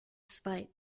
zwei